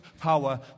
power